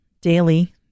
daily